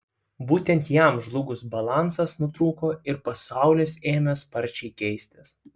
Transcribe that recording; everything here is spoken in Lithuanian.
būtent jam žlugus balansas nutrūko ir pasaulis ėmė sparčiai keistis